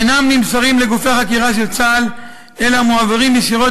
אינן נמסרות לגופי החקירה של צה"ל אלא מועברות ישירות